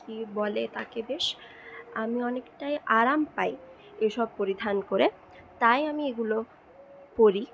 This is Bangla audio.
কি বলে তাকে বেশ আমি অনেকটাই আরাম পাই এসব পরিধান করে তাই আমি এগুলো পরি